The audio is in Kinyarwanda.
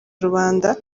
rubanda